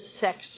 sex